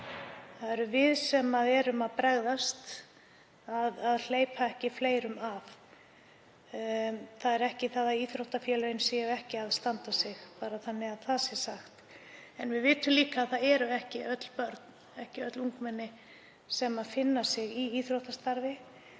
það erum við sem erum að bregðast með því að hleypa ekki fleirum að. Það er ekki það að íþróttafélögin standi sig ekki, þannig að það sé sagt. En við vitum líka að það eru ekki öll börn, ekki öll ungmenni sem finna sig í íþróttastarfi.